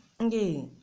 Okay